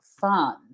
fun